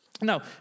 Now